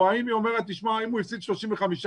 או האם היא אומרת שאם הוא הפסיד 35%